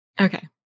okay